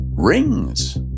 rings